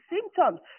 symptoms